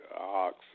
ox